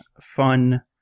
fun